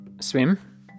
swim